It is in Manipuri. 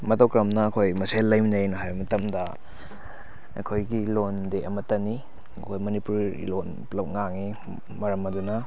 ꯃꯇꯧ ꯀꯔꯝꯅ ꯑꯩꯈꯣꯏ ꯃꯁꯦꯜ ꯂꯩꯃꯤꯟꯅꯩꯅ ꯍꯥꯏꯕ ꯃꯇꯝꯗ ꯑꯩꯈꯣꯏꯒꯤ ꯂꯣꯟꯗꯤ ꯑꯃꯠꯇꯅꯤ ꯑꯩꯈꯣꯏ ꯃꯅꯤꯄꯨꯔꯤ ꯂꯣꯟ ꯄꯨꯜꯂꯞ ꯉꯥꯡꯉꯤ ꯃꯔꯝ ꯑꯗꯨꯅ